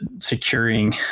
securing